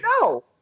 No